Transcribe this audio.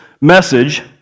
message